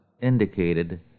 indicated